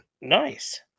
Nice